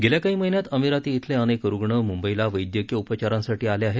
गेल्या काही महिन्यात अमिराती शिले अनेक रुग्ण मुंबईला वैद्यकीय उपचारांसाठी आले आहेत